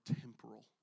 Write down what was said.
temporal